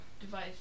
Device